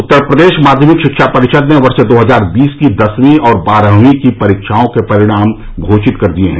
उत्तर प्रदेश माध्यमिक शिक्षा परिषद ने वर्ष दो हजार बीस की दसवीं और बारहवीं की परीक्षाओं के परिणाम घोषित कर दिए हैं